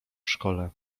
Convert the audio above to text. szkole